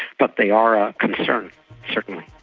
but they are a concern certainly.